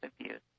abuse